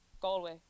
Galway